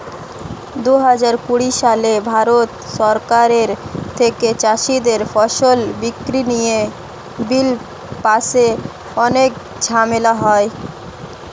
দুহাজার কুড়ি সালে ভারত সরকারের থেকে চাষীদের ফসল বিক্রি নিয়ে বিল পাশে অনেক ঝামেলা হয়